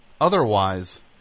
otherwise